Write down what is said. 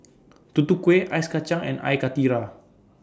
Tutu Kueh Ice Kacang and Air Karthira